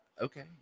Okay